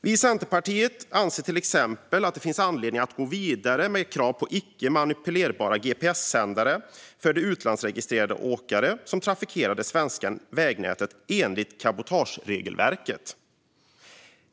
Vi i Centerpartiet anser till exempel att det finns anledning att gå vidare med krav på icke manipulerbara gps-sändare för de utlandsregistrerade åkare som trafikerar det svenska vägnätet enligt cabotageregelverket.